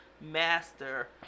master